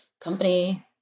company